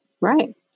Right